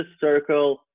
circle